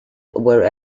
were